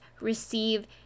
receive